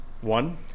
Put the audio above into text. One